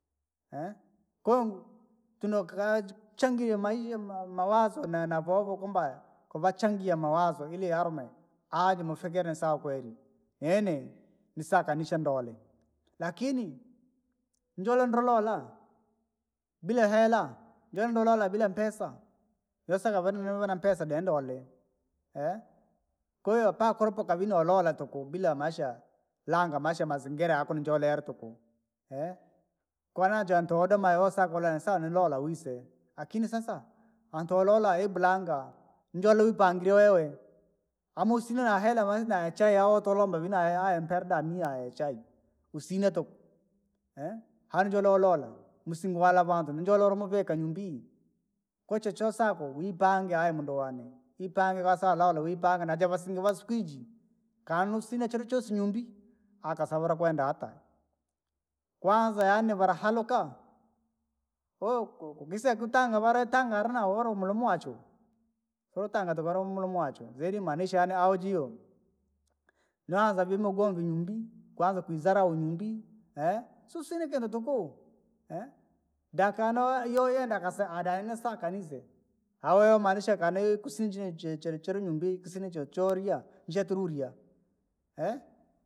koo tunakaaja changire maisha mwazo nene navovo kumbaya, kuvachangia mawazo ili yarume, aha jei mofikire ni sawa kwari, nene nisakaa nisee ndolee, lakini, ni njole ndru lolaa, bila helaa! Ne ndu lola bila mpesa. Yoosakaa vane vane na mpesa de ndoleee, kwahiyo hapa kunupukaa vii noodoola tuku bila maisha, langaa maisha mazingira yako ni joule yaree tukuu. koo najaaharitu woodoma woosakaa alole sawa ni lola wise, akini sasa, hantu ulola hembu bulangaa, njooolee uipangiree wewe, hamu usina na hela na chai ya wooteeloomba vii aye- aye mperda niae chai, usina tuku, hanji lolola, musinga wala vantu ni joule urimuvika nyumbi, kwa choo choosakwa wipangee ayi mundu wane, ipange kwasaulala wipange javasinga vaasikuu iji. Kanee usina churi choosi nyumbu, akaa sivaree kweenda hata, kwanza yaani varee halukaa, wokokoo kiseyaa kutanga varee tanga arina wo mulume waachu. Zeri imanisha yaani ujio, naanza vimogonge inyumbi, kwanza kuizarau nyumbi, si usinaa ikina tuku, dakana ue- iyoe yenda akasa adayenesaka nise, au yomanisha kani kusinjinji chere nyumbii kusina chee chooriya je turiya